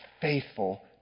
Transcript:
faithful